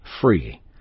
free